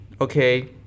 okay